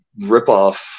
ripoff